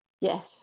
Yes